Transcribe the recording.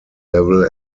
level